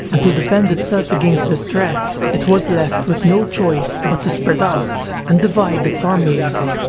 and to defend itself against this threat, it was left with no choice but to spread out and divide its armies.